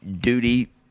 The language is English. duty